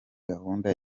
gahunda